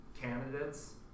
candidates